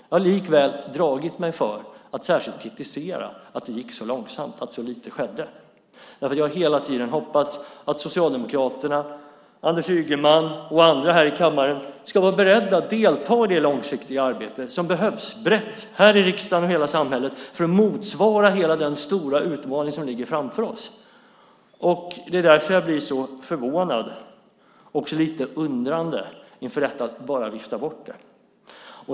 Jag har likväl dragit mig för att särskilt kritisera att det gick så långsamt och att så lite skedde därför att jag hela tiden har hoppats att Socialdemokraterna, Anders Ygeman och andra här i kammaren ska vara beredda att delta i det långsiktiga arbete som behövs brett här i riksdagen och i hela samhället för att motsvara hela den stora utmaning som ligger framför oss. Det är därför som jag blir så förvånad och lite undrande inför att detta bara viftas bort.